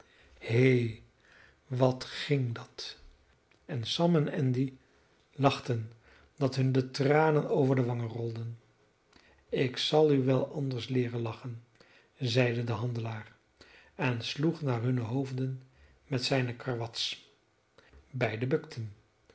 he wat ging dat en sam en andy lachten dat hun de tranen over de wangen rolden ik zal u wel anders leeren lachen zeide de handelaar en sloeg naar hunne hoofden met zijne karwats beiden bukten